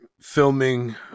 filming